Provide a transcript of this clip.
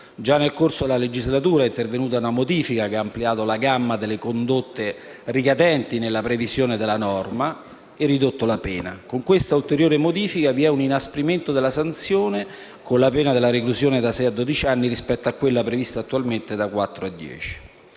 Già nel corso della legislatura è intervenuta una modifica che ha ampliato la gamma delle condotte ricadenti nella previsione della norma e ridotto la pena. Con questa ulteriore modifica vi è un inasprimento della sanzione con la pena della reclusione da sei a dodici anni rispetto a quella prevista attualmente da quattro a dieci